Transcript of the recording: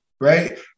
Right